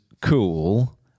cool